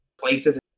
places